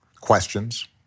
questions